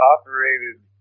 operated